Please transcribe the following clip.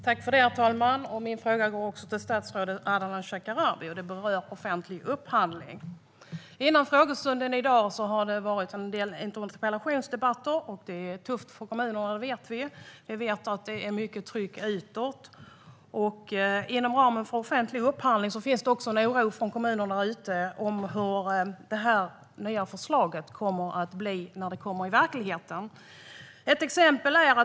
Herr talman! Min fråga går också till statsrådet Ardalan Shekarabi, och den berör offentlig upphandling. Före frågestunden i dag har det varit en del interpellationsdebatter. Vi vet att det är tufft för kommunerna. Det är mycket tryck utåt. Inom ramen för offentlig upphandling finns det också en oro från kommunerna ute i landet för hur det nya förslaget blir när det kommer ut i verkligheten.